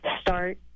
start